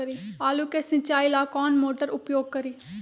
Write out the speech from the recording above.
आलू के सिंचाई ला कौन मोटर उपयोग करी?